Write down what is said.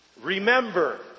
remember